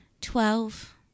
Twelve